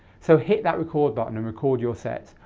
so hit that record button and record your set,